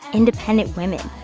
independent women.